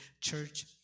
church